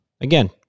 Again